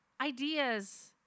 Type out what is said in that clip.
Ideas